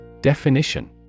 Definition